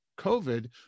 COVID